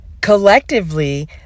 collectively